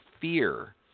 fear